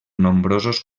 nombrosos